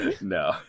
No